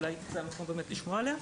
אולי נוכל לשמוע עליה.